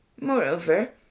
Moreover